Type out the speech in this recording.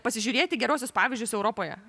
pasižiūrėti geruosius pavyzdžius europoje